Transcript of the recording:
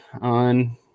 on